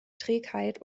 trägheit